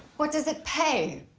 what does it pay?